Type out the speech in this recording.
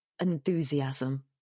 enthusiasm